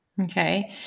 Okay